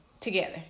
together